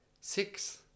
six